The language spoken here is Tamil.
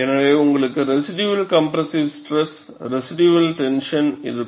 எனவே உங்களுக்கு residual compressive stress residual tension இருக்கும்